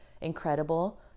incredible